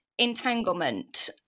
entanglement